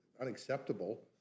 unacceptable